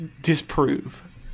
disprove